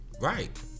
right